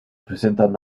presentan